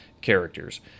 characters